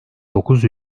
dokuz